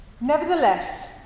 Nevertheless